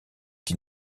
qui